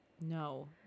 No